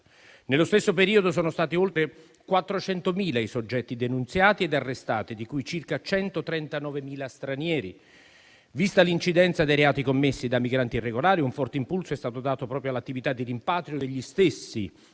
Nello stesso periodo sono stati oltre 400.000 i soggetti denunziati ed arrestati, di cui circa 139.000 stranieri. Vista l'incidenza dei reati commessi da migranti irregolari, un forte impulso è stato dato proprio all'attività di rimpatrio degli stessi,